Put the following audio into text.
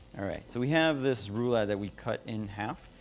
alright, so we have this roulade that we cut in half,